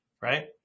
Right